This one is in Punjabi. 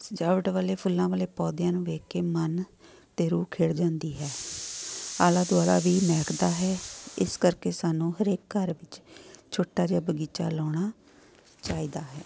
ਸਜਾਵਟ ਵਾਲੇ ਫੁੱਲਾਂ ਵਾਲੇ ਪੌਦਿਆਂ ਨੂੰ ਦੇਖ ਕੇ ਮਨ ਅਤੇ ਰੂਹ ਖਿੜ ਜਾਂਦੀ ਹੈ ਆਲਾ ਦੁਆਲਾ ਵੀ ਮਹਿਕਦਾ ਹੈ ਇਸ ਕਰਕੇ ਸਾਨੂੰ ਹਰੇਕ ਘਰ ਵਿੱਚ ਛੋਟਾ ਜਿਹਾ ਬਗੀਚਾ ਲਾਉਣਾ ਚਾਹੀਦਾ ਹੈ